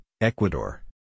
Ecuador